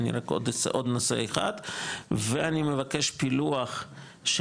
עוד נושא אחד ואני מבקש פילוח של